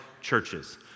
churches